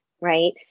Right